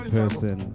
person